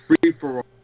free-for-all